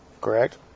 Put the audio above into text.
Correct